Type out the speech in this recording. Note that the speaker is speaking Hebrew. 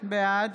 בעד